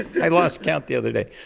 i lost count the other day!